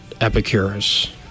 Epicurus